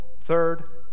Third